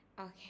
Okay